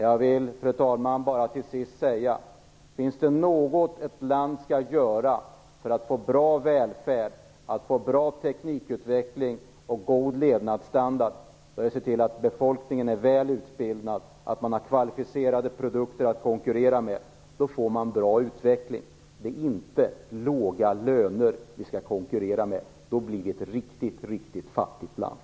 Jag vill, fru talman, till sist säga att finns det något ett land skall göra för att få bra välfärd, bra teknikutveckling och god levnadsstandard är det att se till att befolkningen är välutbildad, att man har kvalificerade produkter att konkurrera med. Då får man bra utveckling. Det är inte låga löner vi skall konkurrera med. Annars blir vi ett riktigt fattigt land.